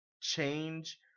Change